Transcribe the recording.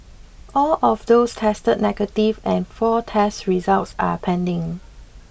all of those tested negative and four test results are pending